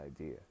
idea